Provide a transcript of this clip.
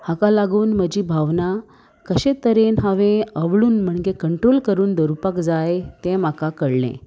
हाका लागून म्हजी भावना कशे तरेन हांवें अवळून म्हणगे कंट्रोल करून दवरुपाक जाय तें म्हाका कळ्ळें